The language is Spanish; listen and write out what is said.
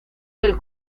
del